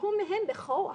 לקחו מהם בכוח,